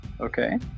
okay